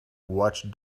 watch